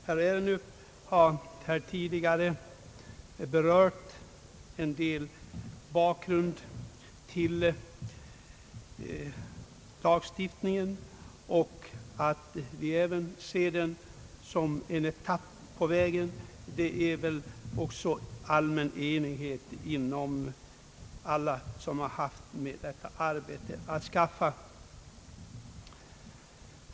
Herr Ernulf har här tidigare berört bakgrunden till lagstiftningen. Att vi ser den som en etapp på vägen råder det väl också allmän enighet om bland alla som haft med detta arbete att skaffa.